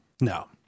No